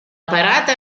parata